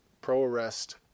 pro-arrest